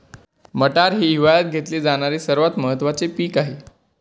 मटार हे हिवाळयात घेतले जाणारे सर्वात महत्त्वाचे पीक आहे